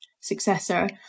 successor